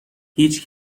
هیچ